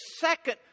second